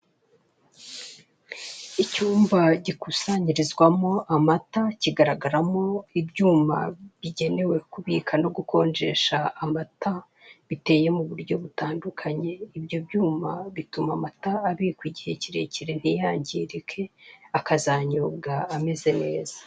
Icyumba gikusanyirizwamo amata kigaragaramo ibyuma bigenewe kubika no gukonjesha amata biteye mu buryo butandukanye ibyo byuma bituma amata abikwamo igihe kirekire akazanyobwa ameze neza.